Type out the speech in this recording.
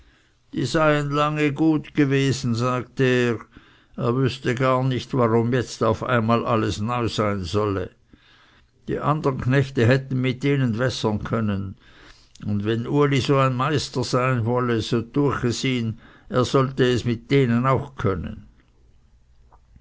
die seien lange gut gewesen sagte er er wüßte gar nicht warum jetzt auf einmal alles neu sein solle die andern knechte hätten mit denen wässern können und wenn uli so ein meister sein wolle so düech es ihn er sollte es mit denen auch können